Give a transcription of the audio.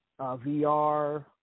Vr